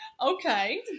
Okay